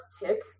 tick